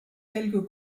quelques